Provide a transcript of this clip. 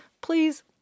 please